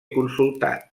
consultat